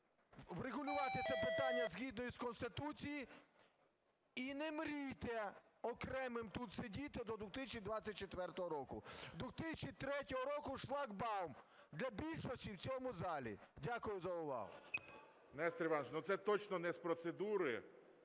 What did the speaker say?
врегулювати це питання згідно із Конституцією. І не мрійте окремим тут сидіти до 2024 року, 2023 рік – шлагбаум для більшості в цьому залі. Дякую за увагу.